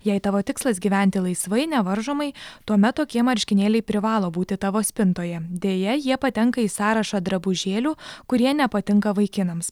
jei tavo tikslas gyventi laisvai nevaržomai tuomet tokie marškinėliai privalo būti tavo spintoje deja jie patenka į sąrašą drabužėlių kurie nepatinka vaikinams